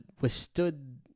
withstood